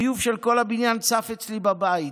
הביוב של כל הבניין צף אצלי בבית,